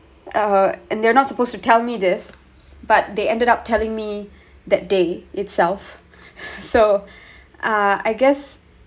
uh and they're not supposed to tell me this but they ended up telling me that day itself so uh I guess